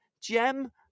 gem